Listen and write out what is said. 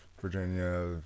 Virginia